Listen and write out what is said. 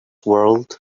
world